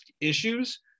issues